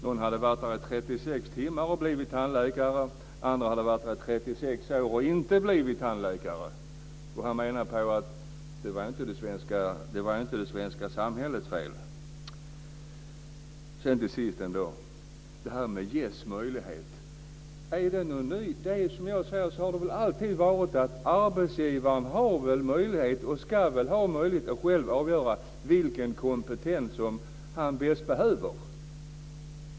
Någon hade varit här i 36 timmar och blivit tandläkare, andra hade varit här i 36 år och inte blivit tandläkare. Han menade på att det inte var det svenska samhällets fel. Till sist har vi frågan om att ges möjlighet. Det har väl alltid varit så att arbetsgivaren har möjlighet, och ska ha möjlighet, att själv avgöra vilken kompetens som han bäst behöver.